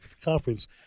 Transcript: conference